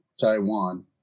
Taiwan